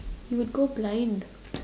you would go blind